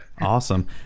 Awesome